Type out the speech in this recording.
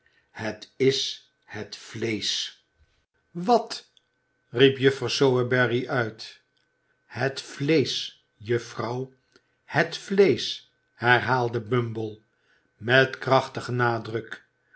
het is het vleesch allen zijn tegen hem wat riep juffrouw sowerberry uit het vleesch juffrouw het vleesch herhaalde bumble met krachtigen nadruk